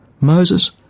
Moses